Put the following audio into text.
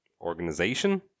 organization